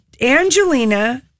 Angelina